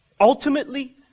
Ultimately